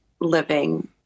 living